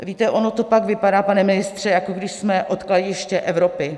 Víte, ono to pak vypadá, pane ministře, jako když jsme odkladiště Evropy.